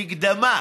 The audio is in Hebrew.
מקדמה,